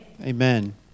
Amen